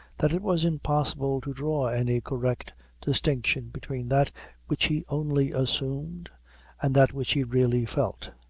that it was impossible to draw any correct distinction between that which he only assumed and that which he really felt.